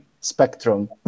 spectrum